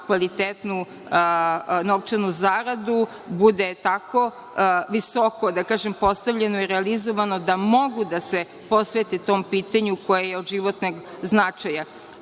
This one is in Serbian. kvalitetnu novčanu zaradu, bude tako visoko, da kažem, postavljeno i realizovano da mogu da se posvete tom pitanju koje je od životnog značaj.U